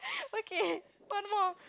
okay one more